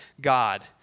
God